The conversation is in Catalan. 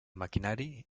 maquinari